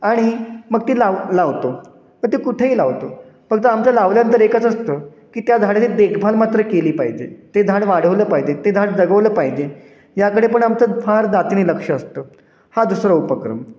आणि मग ती लाव लावतो मग ते कुठेही लावतो फक्त आमचा लावल्यानंतर एकच असतं की त्या झाडाची देखभाल मात्र केली पाहिजे ते झाड वाढवलं पाहिजे ते झाड जगवलं पाहिजे याकडे पण आमचं फार जातीने लक्ष असतं हा दुसरा उपक्रम